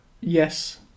Yes